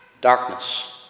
darkness